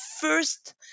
first